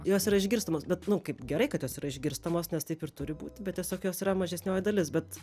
jos yra išgirstamos bet nu kaip gerai kad jos yra išgirstamos nes taip ir turi būti bet tiesiog jos yra mažesnioji dalis bet